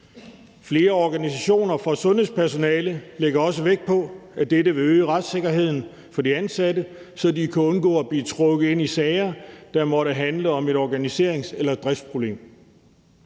Flere organisationer for sundhedspersonale lægger også vægt på, at dette vil øge retssikkerheden for de ansatte, så de kan undgå at blive trukket ind i sager, der måtte handle om et organiserings- eller driftsproblem.